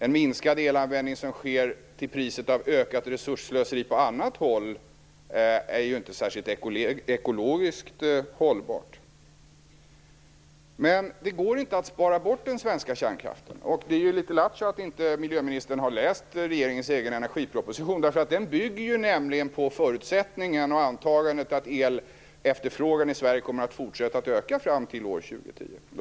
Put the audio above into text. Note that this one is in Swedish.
En minskad elanvändning som sker till priset av ökat resursslöseri på annat håll är ju inte särskilt ekologiskt hållbart. Men det går inte att spara bort den svenska kärnkraften. Det är ju litet lattjo att miljöministern inte har läst regeringens egen energiproposition. Den bygger nämligen på förutsättningen och antagandet att elefterfrågan i Sverige kommer att fortsätta att öka fram till år 2010.